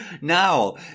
Now